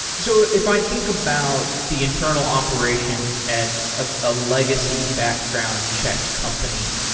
so if i think about the internal operations at a legacy background check company,